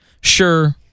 Sure